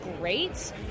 great